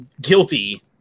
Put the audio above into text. guilty